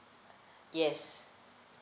yes